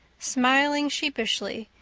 smiling sheepishly,